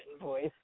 voice